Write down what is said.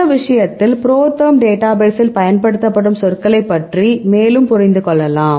இந்த விஷயத்தில் ProTherm டேட்டாபேசில் பயன்படுத்தப்படும் சொற்களைப் பற்றி மேலும் புரிந்து கொள்ளலாம்